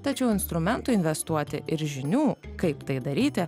tačiau instrumentų investuoti ir žinių kaip tai daryti